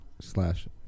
slash